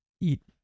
eat